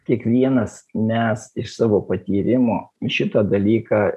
kiekvienas mes iš savo patyrimų į šitą dalyką